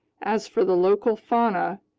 as for the local fauna,